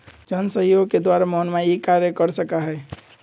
जनसहयोग के द्वारा मोहनवा ई कार्य कर सका हई